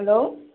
hello